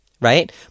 right